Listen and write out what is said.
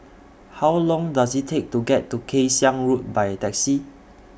How Long Does IT Take to get to Kay Siang Road By Taxi